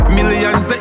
Millions